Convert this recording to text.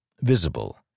visible